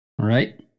Right